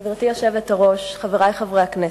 גברתי היושבת-ראש, חברי חברי הכנסת,